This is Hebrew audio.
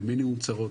במינימום צרות,